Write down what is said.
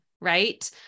right